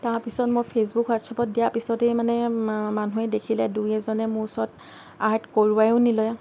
তাৰ পিছত মই ফেচবুক হোৱাটচএপত দিয়াৰ পিছতেই মানে মানুহে দেখিলে দুই এজনে মোৰ ওচৰত আৰ্ট কৰোৱায়ো নিলে